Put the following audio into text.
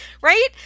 right